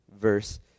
verse